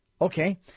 okay